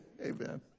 amen